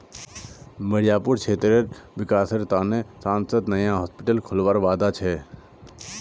मिर्जापुर क्षेत्रेर विकासेर त न सांसद नया हॉस्पिटल खोलवार वादा छ